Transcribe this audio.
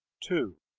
to